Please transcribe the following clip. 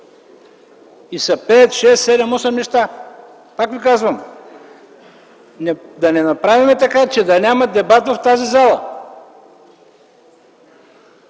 И са 5-6, 7 или 8 неща. Пак ви казвам: да не направим така, че да няма дебат в тази зала!